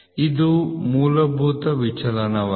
ಇದು ಮೂಲಭೂತ ವಿಚಲನವಾಗಿದೆ